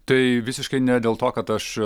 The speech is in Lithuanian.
tai visiškai ne dėl to kad aš